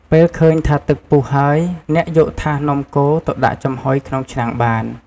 ពេលឃើញថាទឹកពុះហើយ អ្នកយកថាសនំកូរទៅដាក់ចំហុយក្នុងឆ្នាំងបាន។